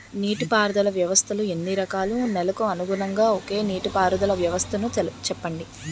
నీటి పారుదల వ్యవస్థలు ఎన్ని రకాలు? నెలకు అనుగుణంగా ఒక్కో నీటిపారుదల వ్వస్థ నీ చెప్పండి?